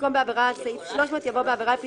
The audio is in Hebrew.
במקום "בעבירה על סעיף 300" יבוא "בעבירה לפי